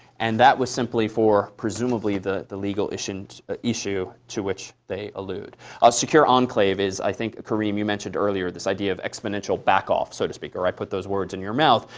and that was simply for, presumably, the the legal issue and ah issue to which they allude. a secure enclave is, i think, kareem, you mentioned earlier this idea of exponential backoff, so to speak or i put those words in your mouth.